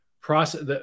process